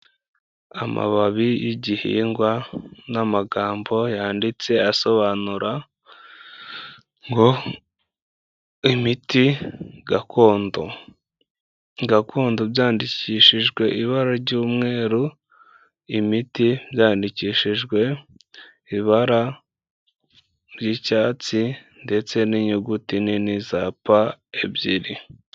Amababi y'igihingwa n'amagambo yanditse asobanura ngo imiti gakondo, gakondo byandikishijwe ibara ry'umweru, imiti byandikishijwe ibara ry'icyatsi ndetse n'inyuguti nini za P ebyiri.